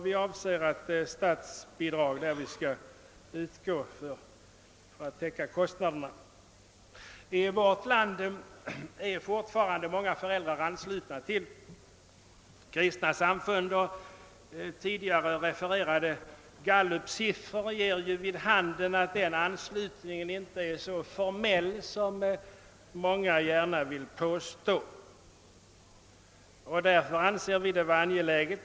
Vi anser att statsbidrag därvid skall utgå för att täcka kostnaderna. I vårt land är fortfarande många föräldrar anslutna till kristna samfund. Tidigare refererade gallupsiffror ger vid handen att denna anslutning inte är så formell som många gärna vill påstå.